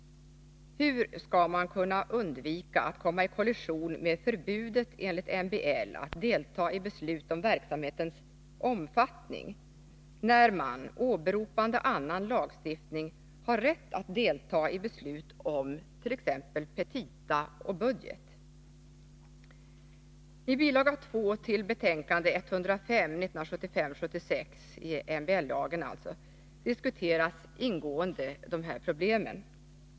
Hur skall man kunna undvika att komma i kollision med förbudet enligt medbestämmandelagen att delta i beslut om verksamhetens omfattning när man, åberopande annan lagstiftning, har rätt att delta i beslut om t.ex. petita och budget? I bil. 2 till proposition 1975/76:105, MBL, diskuteras ingående dessa problem.